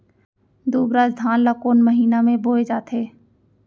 दुबराज धान ला कोन महीना में बोये जाथे?